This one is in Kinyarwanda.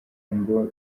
ngo